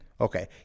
Okay